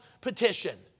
petition